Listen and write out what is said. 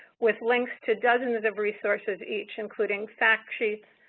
with links to dozens of resources each, including fact sheets,